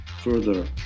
further